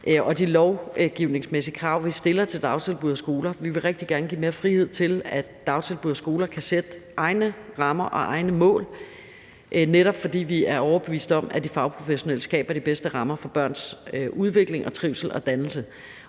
og de lovgivningsmæssige krav, vi stiller til dagtilbud og skoler. Vi vil rigtig gerne give mere frihed til, at dagtilbud og skoler kan sætte egne rammer og egne mål, netop fordi vi er overbeviste om, at de fagprofessionelle skaber de bedste rammer for børns udvikling, trivsel og dannelse.